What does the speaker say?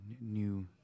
new